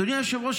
אדוני היושב-ראש,